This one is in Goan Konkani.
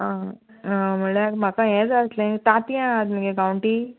आं आं म्हल्यार म्हाका हें जाय आसलें तांतियां मिगे गांवटी